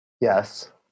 Yes